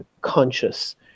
conscious